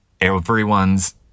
everyone's